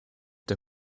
der